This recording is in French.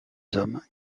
hommes